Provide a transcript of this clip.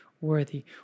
worthy